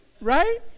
Right